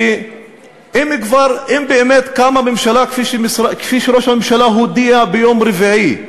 כי אם באמת קמה ממשלה כפי שראש הממשלה הודיע ביום רביעי,